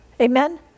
Amen